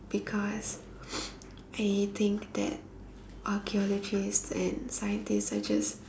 because I think that archaeologists and scientists are just